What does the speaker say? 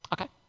Okay